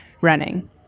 running